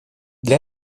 для